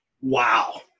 Wow